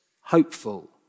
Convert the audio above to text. hopeful